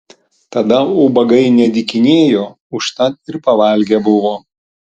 tada ubagai nedykinėjo užtat ir pavalgę buvo